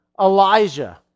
Elijah